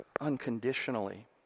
unconditionally